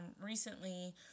recently